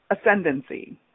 ascendancy